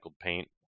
paint